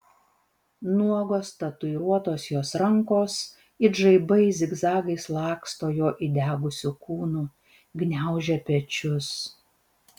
nuogos tatuiruotos jos rankos it žaibai zigzagais laksto jo įdegusiu kūnu gniaužia pečius